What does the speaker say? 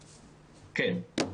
כן.